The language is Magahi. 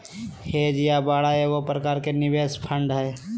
हेज या बाड़ा एगो प्रकार के निवेश फंड हय